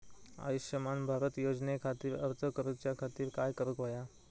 आयुष्यमान भारत योजने खातिर अर्ज करूच्या खातिर काय करुक होया?